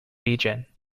region